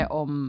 om